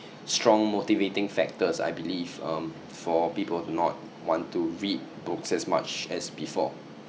strong motivating factors I believe um for people to not want to read books as much as before